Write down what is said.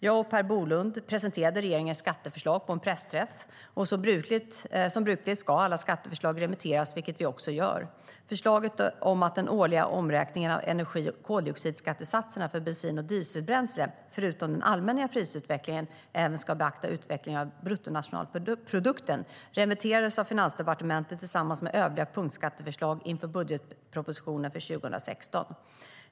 Jag och Per Bolund presenterade regeringens skatteförslag på en pressträff. Som brukligt ska alla skatteförslag remitteras, vilket vi också gör. Förslaget om att den årliga omräkningen av energi och koldioxidskattesatserna för bensin och dieselbränsle förutom den allmänna prisutvecklingen även ska beakta utvecklingen av bruttonationalprodukten remitterades av Finansdepartementet tillsammans med övriga punktskatteförslag inför budgetpropositionen för 2016.